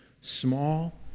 small